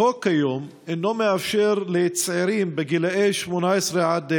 החוק כיום אינו מאפשר לצעירים גילאי 18 20